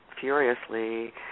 furiously